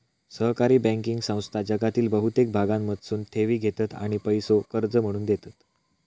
सहकारी बँकिंग संस्था जगातील बहुतेक भागांमधसून ठेवी घेतत आणि पैसो कर्ज म्हणून देतत